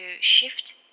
shift